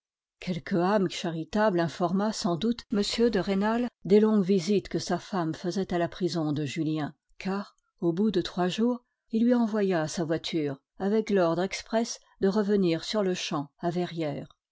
quelque âme charitable informa sans doute m de rênal des longues visites que sa femme faisait à la prison de julien car au bout de trois jours il lui envoya sa voiture avec l'ordre exprès de revenir sur-le-champ à verrières